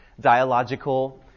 dialogical